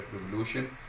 Revolution